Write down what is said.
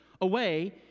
away